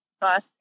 bus